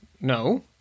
No